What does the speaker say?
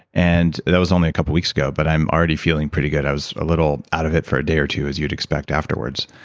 and that was only a couple weeks ago, but i'm already feeling pretty good. i was a little out of it for a day or two as you'd expect afterwards.